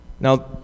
Now